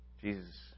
Jesus